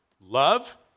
love